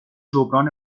جبران